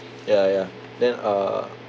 ya ya then uh